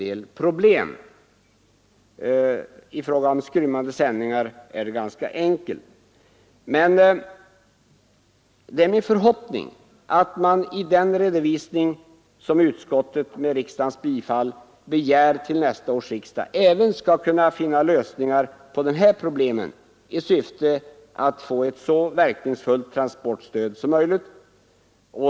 I fråga om skrymmande sändningar är det ganska enkelt. Det är emellertid min förhoppning att man vid den redovisning som utskottet med riksdagens bifall begär till nästa års riksdag även skall kunna ge lösningar på dessa problem i syfte att få ett så verkningsfullt transportstöd som möjligt.